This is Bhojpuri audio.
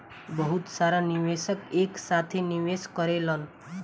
बहुत सारा निवेशक एक साथे निवेश करेलन